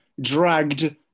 dragged